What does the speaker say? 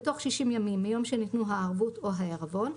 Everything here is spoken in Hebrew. בתוך 60 ימים מיום שניתנו הערבות או העירבון,